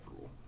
rule